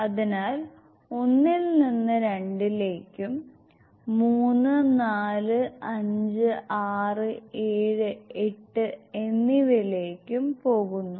അതിനാൽ 1 ൽ നിന്ന് 2 ലേക്കും 3 4 5 67 8 എന്നിവയിലേക്ക് പോകുന്നു